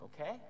okay